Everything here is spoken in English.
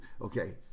okay